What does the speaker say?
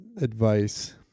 advice